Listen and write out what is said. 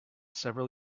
several